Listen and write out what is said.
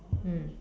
mm